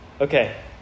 Okay